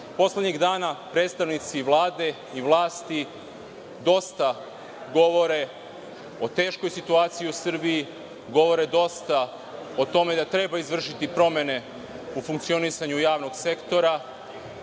zakon. Poslednjih dana predstavnici Vlade i vlasti dosta govore o teškoj situaciji u Srbiji, govore dosta o tome da treba izvršiti promene u funkcionisanju javnog sektora,